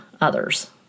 others